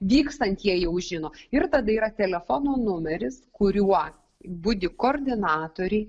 vykstant jie jau žino ir tada yra telefono numeris kuriuo budi koordinatoriai